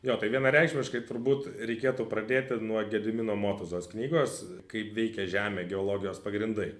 jo tai vienareikšmiškai turbūt reikėtų pradėti nuo gedimino motuzos knygos kaip veikia žemė geologijos pagrindai